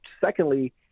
Secondly